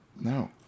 No